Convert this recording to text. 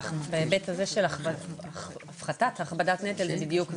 בהיבט הזה של הפחתת, הכבדת נטל, זה בדיוק זה.